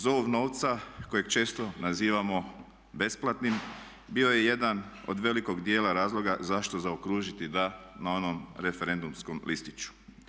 Zov novca kojeg često nazivamo besplatnim bio je jedan od velikog dijela razloga zašto zaokružiti da na onom referendumskom listiću.